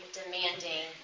demanding